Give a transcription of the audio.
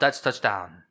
touchdown